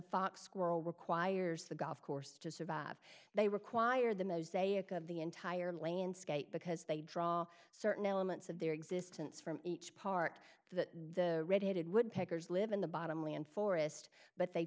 fox squirrel requires the golf course to survive they require the mosaic of the entire landscape because they draw certain elements of their existence from each part the red headed woodpeckers live in the bottom land forest but they